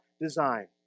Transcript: design